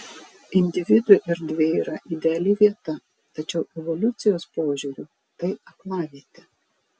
individui erdvė yra ideali vieta tačiau evoliucijos požiūriu tai aklavietė